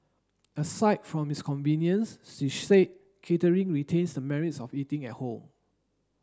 aside from its convenience she said catering retains the merits of eating at home